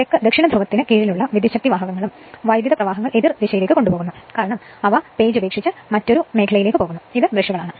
തെക്ക് ദക്ഷിണധ്രുവത്തിന് കീഴിലുള്ള വിദ്യുച്ഛക്തിവാഹകങ്ങളും വൈദ്യുത പ്രവാഹങ്ങൾ എതിർ ദിശയിലേക്ക് കൊണ്ടുപോകുന്നു കാരണം അവ പേജ് ഉപേക്ഷിച്ച് മറ്റൊരു മേഖലയിലേക്ക് പോകുന്നു ഇത് ബ്രഷുകളാണ്